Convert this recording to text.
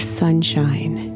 sunshine